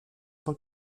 tant